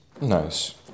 Nice